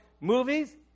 movies